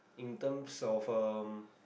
in terms of um